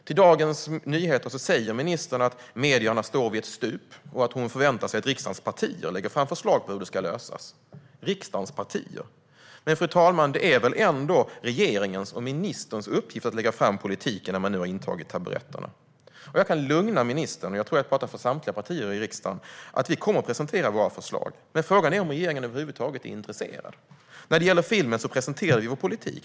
Till Dagens Nyheter säger ministern att "medierna står vid ett stup" och att hon förväntar sig att riksdagens partier lägger fram förslag på hur det ska lösas - riksdagens partier? Men, fru talman, det är väl ändå regeringens och ministerns uppgift att lägga fram politiken när man nu har intagit taburetterna? Jag kan lugna ministern - och jag tror att jag pratar för samtliga partier i riksdagen - med att vi kommer att presentera våra förslag. Men frågan är om regeringen över huvud taget är intresserad. När det gäller filmen presenterade vi vår politik.